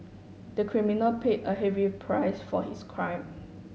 the criminal paid a heavy price for his crime